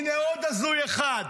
הינה, עוד הזוי אחד,